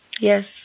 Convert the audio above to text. Yes